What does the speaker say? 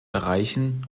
erreichen